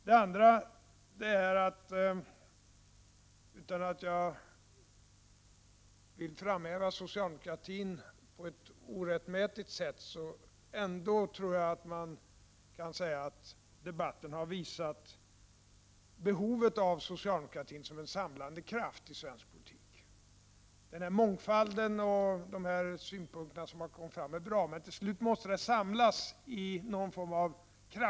Den andra slutsats som jag drar är, utan att framhäva socialdemokratin på ett orättmätigt sätt, att man kan säga att debatten har visat behovet av socialdemokratin som en samlande kraft i svensk politik. Mångfalden och de synpunkter som har kommit fram är bra, men till slut måste en kraftsamling ske i fråga om handling.